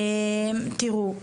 תראו,